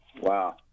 Wow